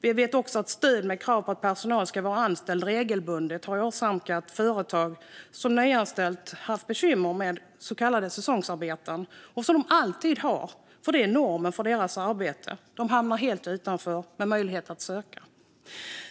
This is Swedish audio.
Vi vet också att stöd med krav på att personal ska vara anställda regelbundet har åsamkat företag som nyanställt bekymmer med så kallade säsongsarbeten som de alltid har, för det är normen för deras arbete. De hamnar helt utanför möjligheten att söka.